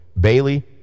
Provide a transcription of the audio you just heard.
Bailey